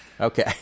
Okay